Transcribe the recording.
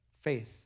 faith